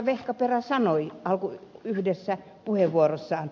vehkaperä sanoi yhdessä puheenvuorossaan